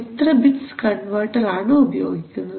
എത്ര bits converter ആണ് ഉപയോഗിക്കുന്നത്